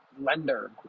lender